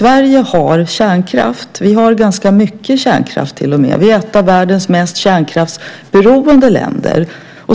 Vi har till och med ganska mycket kärnkraft. Vi är ett av världens mest kärnkraftsberoende länder.